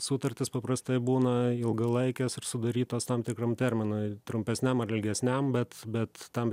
sutartys paprastai būna ilgalaikės ir sudarytos tam tikram terminui trumpesniam ar ilgesniam bet bet tam